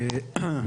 בבקשה.